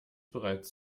bereits